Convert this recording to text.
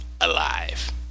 alive